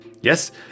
Yes